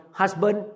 husband